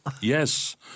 Yes